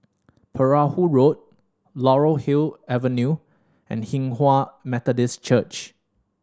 Perahu Road Laurel Wood Avenue and Hinghwa Methodist Church